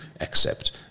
accept